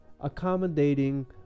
accommodating